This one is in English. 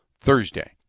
Thursday